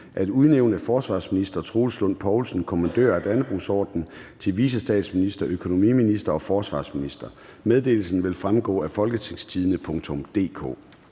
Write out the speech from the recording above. at udnævne forsvarsminister Troels Lund Poulsen, kommandør af Dannebrogordenen, til vicestatsminister, økonomiminister og forsvarsminister. Meddelelsen vil fremgå af www.folketingstidende.dk